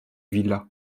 villa